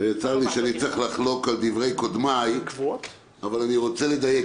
צר לי שאני צריך לחלוק על דברי קודמיי אבל אני רוצה לדייק.